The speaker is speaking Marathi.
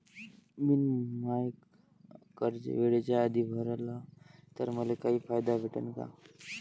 मिन माय कर्ज वेळेच्या आधी भरल तर मले काही फायदा भेटन का?